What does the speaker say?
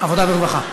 עבודה ורווחה.